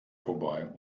vorbei